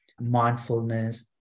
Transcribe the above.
mindfulness